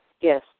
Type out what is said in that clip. Yes